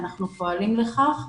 ואנחנו פועלים לכך.